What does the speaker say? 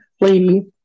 lady